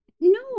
No